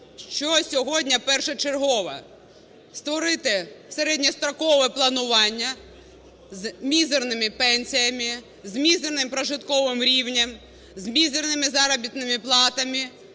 що сьогодні першочергове: створити середньострокове планування з мізерними пенсіями, з мізерним прожитковим рівнем, з мізерними заробітними платами